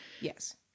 Yes